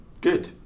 Good